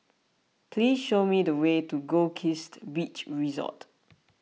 please show me the way to Goldkist Beach Resort